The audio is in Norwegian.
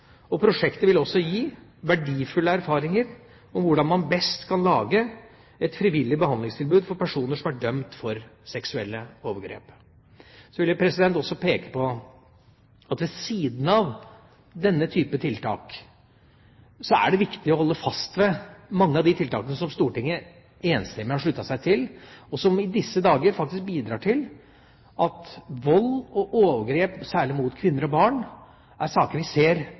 Prosjektet vil også gi verdifulle erfaringer om hvordan man best kan lage et frivillig behandlingstilbud for personer som er dømt for seksuelle overgrep. Jeg vil også peke på at ved siden av denne type tiltak er det viktig å holde fast ved mange av de tiltakene som Stortinget enstemmig har sluttet seg til, og som i disse dager faktisk bidrar til at vold og overgrep – særlig mot kvinner og barn – er saker vi ser